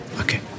Okay